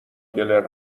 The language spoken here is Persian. گلر